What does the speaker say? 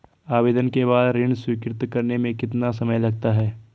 आवेदन के बाद ऋण स्वीकृत करने में कितना समय लगता है?